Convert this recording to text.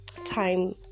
time